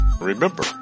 remember